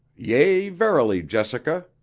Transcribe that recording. yea, verily, jessica,